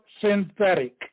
synthetic